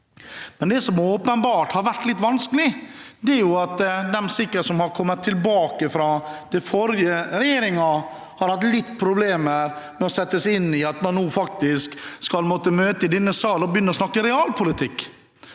det som åpenbart har vært litt vanskelig, er jo sikkert at de som har kommet tilbake fra den forrige regjeringen, har hatt litt problemer med å sette seg inn i at man nå faktisk skal måtte møte i denne sal og begynne å snakke realpolitikk.